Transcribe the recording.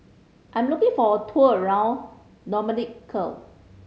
I am looking for a tour around Dominica